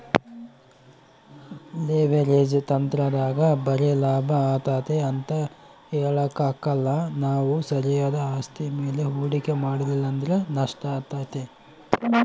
leverage ತಂತ್ರದಾಗ ಬರೆ ಲಾಭ ಆತತೆ ಅಂತ ಹೇಳಕಾಕ್ಕಲ್ಲ ನಾವು ಸರಿಯಾದ ಆಸ್ತಿ ಮೇಲೆ ಹೂಡಿಕೆ ಮಾಡಲಿಲ್ಲಂದ್ರ ನಷ್ಟಾತತೆ